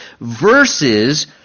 versus